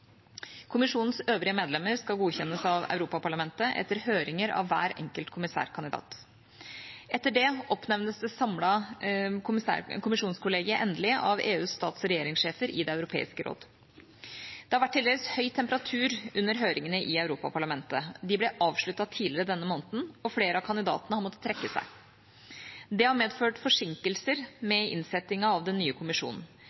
Kommisjonens øvrige medlemmer skal godkjennes av Europaparlamentet, etter høringer av hver enkelt kommissærkandidat. Etter det oppnevnes det samlede kommisjonskollegiet endelig av EUs stats- og regjeringssjefer i Det europeiske råd. Det har vært til dels høy temperatur under høringene i Europaparlamentet. De ble avsluttet tidligere denne måneden, og flere av kandidatene har måttet trekke seg. Det har medført forsinkelser